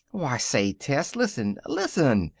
why, say, tess, listen! listen!